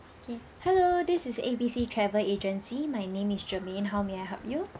k hello this is ABC travel agency my name is germain how may I help you